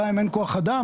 גם אם אין כוח אדם,